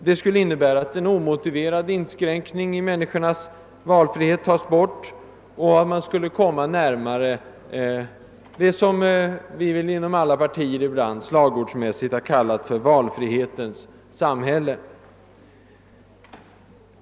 Det skulle innebära att en omotiverad inskränkning i människornas valfrihet eliminerades. Man skulle komma närmare det som vi väl inom alla partier ibland litet slagordsmässigt kallat för valfrihetens samhälle.